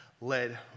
led